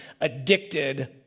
addicted